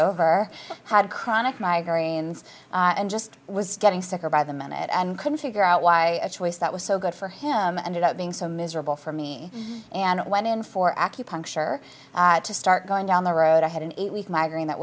over had chronic migraines and just was getting sicker by the minute and couldn't figure out why a choice that was so good for him and about being so miserable for me and went in for acupuncture to start going down the road i had an eight week magazine that